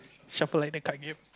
shuffle like the card game